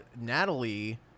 Natalie